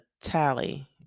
tally